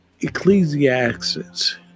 Ecclesiastes